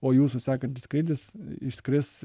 o jūsų sekantis skrydis išskris